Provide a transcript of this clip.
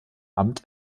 amt